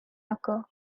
occur